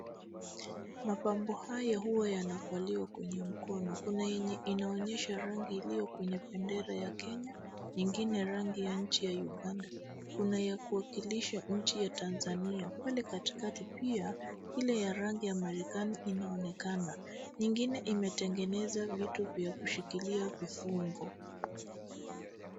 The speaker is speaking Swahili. Mapambo haya huwa yanavaliwa kwenye mkono. Kuna enye inaonyesha rangi iliyo kwenye bendera ya Kenya, nyingine rangi ya nchi ya Uganda. Kuna ya kuwakilisha nchi ya Tanzania. Pale katikati pia, ile ya rangi ya Marekani inaonekana. Nyingine imetengeneza vitu vya kushikilia vifungo.